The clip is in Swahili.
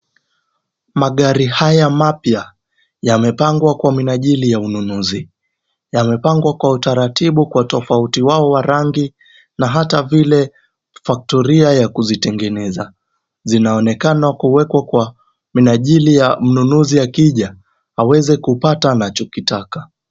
Magari haya mapya yamepangwa kuwa minajili ya ununuzi. Yamepangwa kwa utaratibu kwa utofauti wao wa rangi na hata vile [c]factoria[c] ya kuzitengeneza .Zinaonekana kuwekwa kwa minajili ya mnunuzi akija aweze kupata anachokitaka.